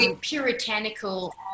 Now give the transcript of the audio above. puritanical